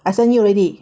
I sent you already